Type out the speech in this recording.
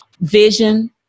vision